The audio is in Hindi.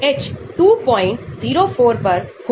तो हाइड्रोफोबिसिटी वास्तव में काफी लागू होती है